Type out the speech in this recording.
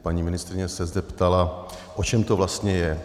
Paní ministryně se zde ptala, o čem to vlastně je.